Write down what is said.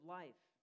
life